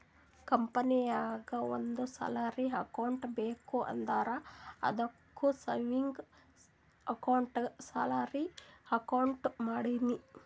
ಕಂಪನಿನಾಗ್ ಒಂದ್ salary account ಬೇಕ್ ಅಂದುರ್ ಅದ್ದುಕ್ ಸೇವಿಂಗ್ಸ್ ಅಕೌಂಟ್ಗೆ ಸ್ಯಾಲರಿ ಅಕೌಂಟ್ ಮಾಡಿನಿ